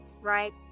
right